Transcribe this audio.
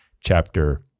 chapter